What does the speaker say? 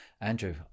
andrew